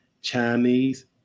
Chinese